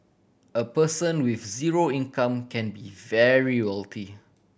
a person with zero income can be very wealthy